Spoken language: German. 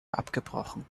abgebrochen